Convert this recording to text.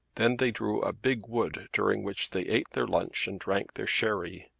then they drew a big wood during which they ate their lunch and drank their sherry.